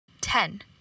Ten